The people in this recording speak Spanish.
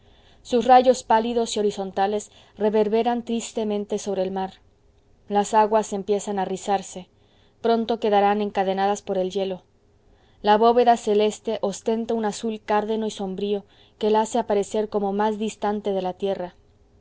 sus rayos pálidos y horizontales reverberan tristemente sobre el mar las aguas empiezan a rizarse pronto quedarán encadenadas por el hielo la bóveda celeste ostenta un azul cárdeno y sombrío que la hace aparecer como más distante de la tierra